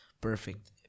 perfect